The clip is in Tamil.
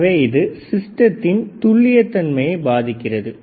எனவே இது சிஸ்டத்தின் துள்ளிய தன்மையை பாதிக்கிறது